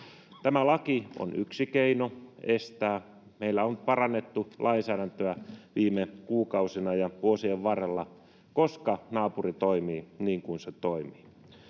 Tämä laki on yksi keino estää. Meillä on parannettu lainsäädäntöä viime kuukausina ja vuosien varrella, koska naapuri toimii, niin kuin se toimii.